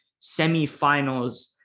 semifinals